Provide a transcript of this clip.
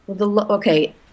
Okay